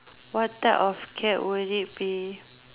what type of cat will it be